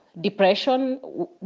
depression